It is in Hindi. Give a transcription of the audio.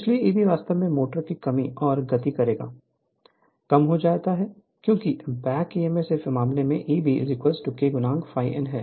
इसलिए Eb वास्तव में मोटर की कमी और गति करेगा कम हो जाता है क्योंकि बैक ईएमएफ इस मामले में Eb back EMF K ∅ n है